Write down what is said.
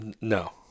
No